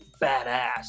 badass